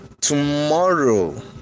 tomorrow